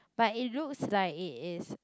but it looks like it is